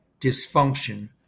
dysfunction